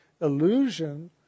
illusion